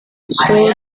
sedang